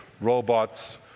robots